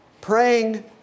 Praying